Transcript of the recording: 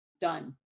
Done